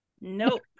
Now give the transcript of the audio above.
Nope